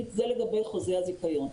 זה לגבי חוזה הזיכיון.